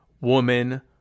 woman